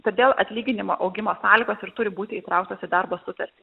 todėl atlyginimo augimo sąlygos ir turi būti įtrauktos į darbo sutartį